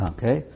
Okay